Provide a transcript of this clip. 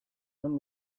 non